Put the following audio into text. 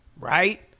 right